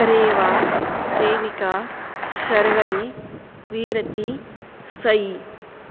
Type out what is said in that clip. रेवा देविका शर्वरी वीरति सयी